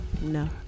No